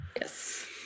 Yes